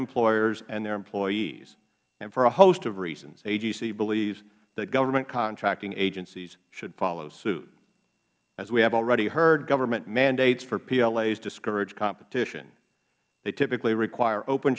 employers and their employees and for a host of reasons agc believes that government contracting agencies should follow suit as we have already heard government mandates for plas discourage competition they typically require open